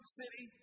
city